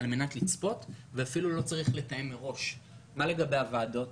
אבקש לאשר את קיום הדיון בוועדת